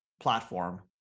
platform